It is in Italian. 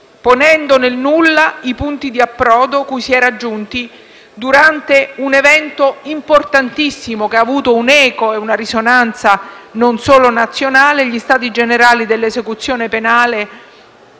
ponendo nel nulla i punti di approdo cui si era giunti durante un evento importantissimo, che ha avuto un'eco e una risonanza non solo nazionale, cioè gli Stati generali dell'esecuzione penale,